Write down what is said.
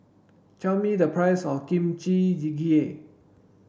tell me the price of Kimchi Jjigae